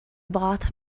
bought